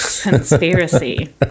Conspiracy